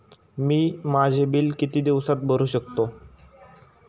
मी माझे बिल किती दिवसांत भरू शकतो?